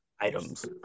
items